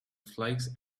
flakes